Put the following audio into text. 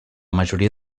majoria